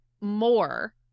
more